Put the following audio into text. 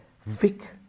Vic